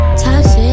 toxic